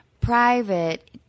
private